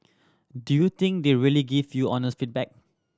do you think they really give you honest feedback